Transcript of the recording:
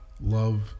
love